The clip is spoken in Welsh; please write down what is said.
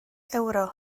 ewro